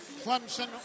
Clemson